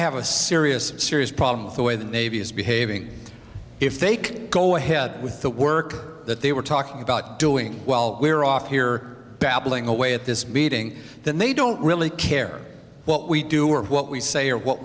have a serious serious problem with the way the navy is behaving if they can go ahead with the work that they were talking about doing while we're off here babbling away at this meeting that they don't really care what we do or what we say or what